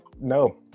no